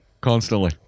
constantly